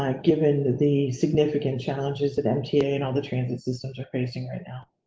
like given the significant challenges that mta and all the transit systems are facing right now.